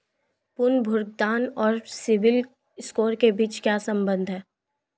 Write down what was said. पुनर्भुगतान और सिबिल स्कोर के बीच क्या संबंध है?